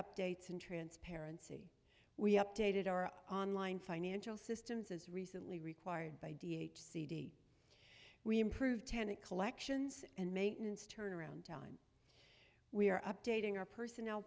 updates and transparent we updated our online financial systems as recently required by d h cd we improve tenant collections and maintenance turnaround time we are updating our personnel